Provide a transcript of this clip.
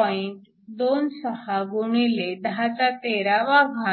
26 x 1013